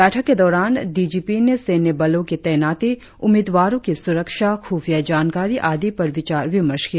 बैठक के दोरान डी जी पी ने सैन्य बलों की तैनाती उम्मीदवारों की सुरक्षा खुफिया जानकारी आदि पर विचार विमर्श किया